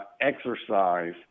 exercise